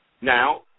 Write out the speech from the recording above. Now